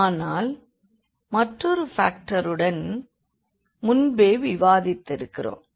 ஆனால் மற்றொரு ஃபாக்டருடன் முன்பே விவாதித்திருக்கிறோம்